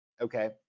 Okay